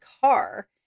car